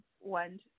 went